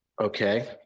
Okay